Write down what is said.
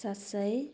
सात सय